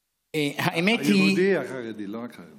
האמת היא, היהודי החרדי, לא רק חרדי.